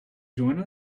join